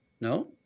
no